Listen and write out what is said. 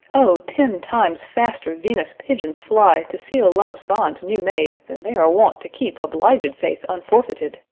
o! ten times faster venus' pigeons fly to seal love's bonds new made than they are wont to keep obliged faith unforfeited!